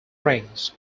ranks